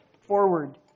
Forward